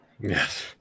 Yes